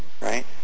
right